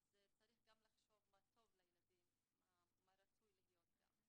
צריך גם לחשוב מה טוב לילדים ומה רצוי שיהיה.